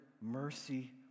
mercy